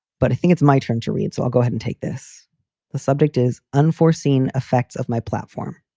but i think it's my turn to read. so i'll go ahead and take this the subject is unforeseen effects of my platform.